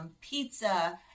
pizza